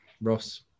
ross